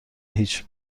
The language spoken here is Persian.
هیچ